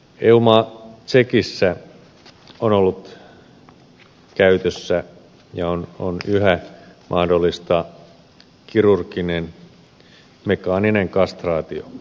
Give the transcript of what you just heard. eu maa tsekissä on ollut käytössä ja on yhä mahdollista kirurginen mekaaninen kastraatio